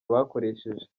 bakoresheje